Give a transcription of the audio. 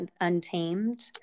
untamed